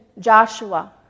joshua